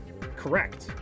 Correct